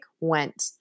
went